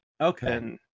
Okay